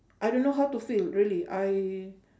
I don't know how to feel really I